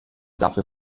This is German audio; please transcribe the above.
dafür